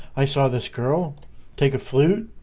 i saw this girl take a flute?